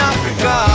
Africa